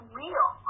real